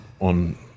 on